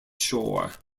shore